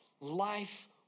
life